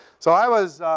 so i was